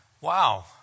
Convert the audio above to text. wow